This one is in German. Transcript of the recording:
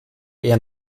eher